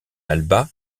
alba